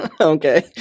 Okay